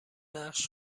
نقش